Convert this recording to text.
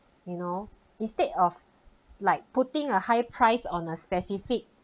you know instead of like putting a higher price on a specific